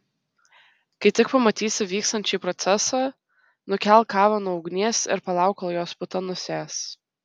kai tik pamatysi vykstant šį procesą nukelk kavą nuo ugnies ir palauk kol jos puta nusės